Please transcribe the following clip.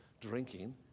drinking